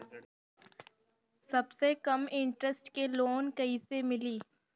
सबसे कम इन्टरेस्ट के लोन कइसे मिली?